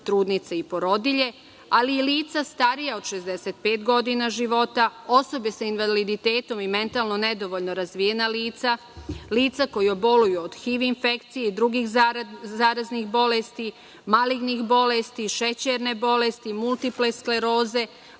trudnice i porodilje, ali i lica starija od 65 godina života, osobe sa invaliditetom i mentalno nedovoljno razvijena lica, lica koja boluju od HIV infekcije i drugih zaraznih bolesti, malignih bolesti, šećerne bolesti, multipleks skleroze,